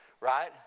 right